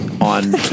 On